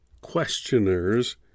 questioners